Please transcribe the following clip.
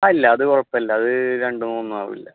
അല്ല അത് കുഴപ്പമില്ല അത് രണ്ടും ഒന്നാവില്ല